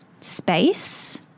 space